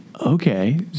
Okay